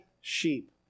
sheep